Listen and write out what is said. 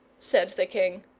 said the king.